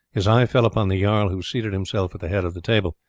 his eye fell upon the jarl who seated himself at the head of the table,